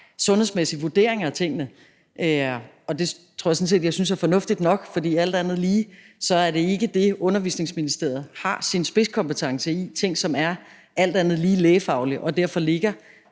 sundhedsmæssige vurderinger af tingene. Det tror jeg sådan set at jeg synes er fornuftigt nok, for alt andet lige er det ikke dér, Børne- og Undervisningsministeriet har sin spidskompetence, for det er ting, der alt andet lige er lægefaglige, og derfor ligger